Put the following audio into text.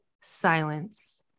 silence